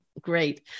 Great